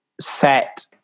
set